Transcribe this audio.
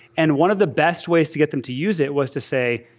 and one of the best ways to get them to use it was to say,